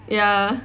ya